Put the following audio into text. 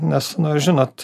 nes nu žinot